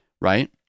Right